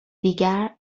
دیگر